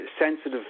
sensitive